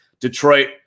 Detroit